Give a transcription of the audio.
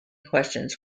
questions